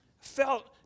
felt